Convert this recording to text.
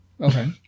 Okay